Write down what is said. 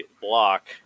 block